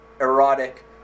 erotic